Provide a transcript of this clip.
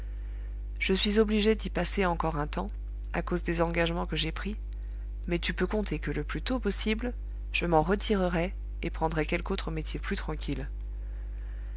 je suis obligé d'y passer encore un temps à cause des engagements que j'ai pris mais tu peux compter que le plus tôt possible je m'en retirerai et prendrai quelque autre métier plus tranquille